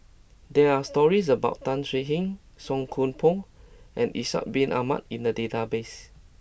there are stories about Tan Swie Hian Song Koon Poh and Ishak Bin Ahmad in the database